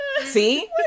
See